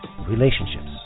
relationships